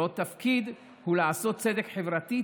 ועוד תפקיד הוא לעשות צדק חברתי,